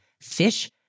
Fish